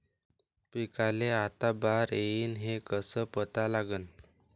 पिकाले आता बार येईन हे कसं पता लागन?